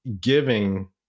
giving